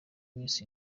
miss